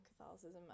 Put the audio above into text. Catholicism